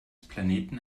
planeten